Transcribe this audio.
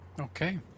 Okay